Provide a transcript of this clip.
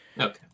Okay